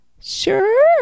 sure